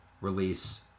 release